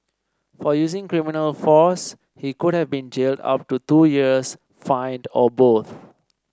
for using criminal force he could have been jailed up to two years fined or both